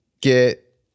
get